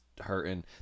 hurting